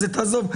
תעזוב,